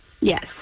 Yes